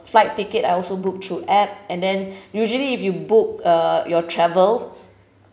flight ticket I also book through app and then usually if you book uh your travel